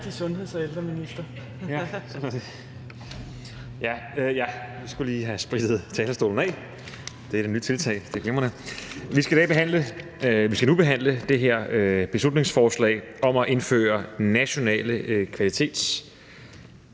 Vi skal nu behandle det her beslutningsforslag om at indføre nationale kvalitetsstandarder